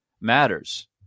matters